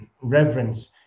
reverence